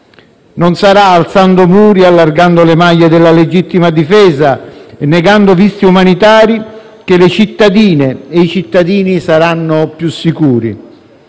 Non sarà alzando muri e allargando le maglie della legittima difesa e negando visti umanitari che le cittadine e cittadini saranno più sicuri,